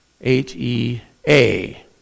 H-E-A